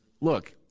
look